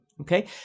Okay